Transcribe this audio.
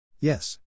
Yes